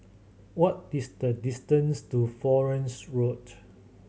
what is the distance to Florence Road